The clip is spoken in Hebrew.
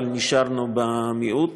אבל נשארנו במיעוט.